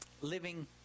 living